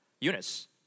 Eunice